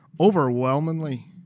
overwhelmingly